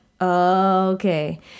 okay